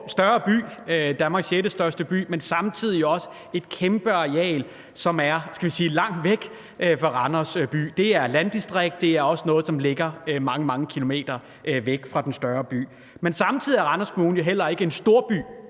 Danmarks sjettestørste by, men samtidig også et kæmpe areal, som er langt væk fra Randers by. Det er landdistrikter; det er også noget, der ligger mange, mange kilometer væk fra den større by. Men samtidig er Randers Kommune jo heller ikke en storbykommune.